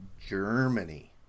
Germany